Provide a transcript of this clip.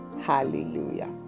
Hallelujah